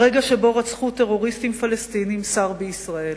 הרגע שבו רצחו טרוריסטים פלסטינים שר בישראל,